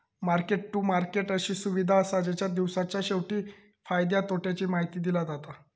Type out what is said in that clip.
market to market अशी सुविधा असा जेच्यात दिवसाच्या शेवटी फायद्या तोट्याची माहिती दिली जाता